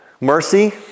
mercy